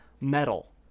metal